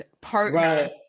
partner